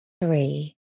three